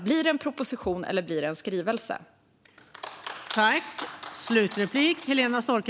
Blir det en proposition eller blir det en skrivelse?